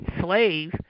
slave